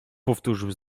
powtórzył